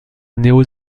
néo